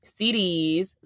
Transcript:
CDs